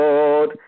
Lord